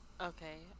Okay